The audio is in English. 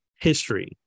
history